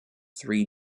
three